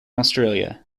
australia